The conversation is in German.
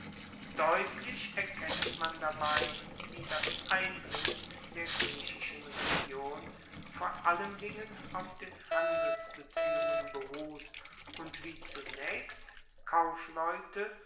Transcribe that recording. deutlich erkennt man dabei wie das eindringen der griechischen religion vor allen dingen auf den handelsbeziehungen beruht und wie zunaechst kaufleute